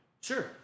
Sure